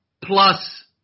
plus